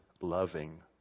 Loving